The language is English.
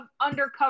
undercover